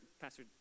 Pastor